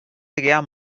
triar